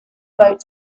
boat